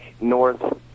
North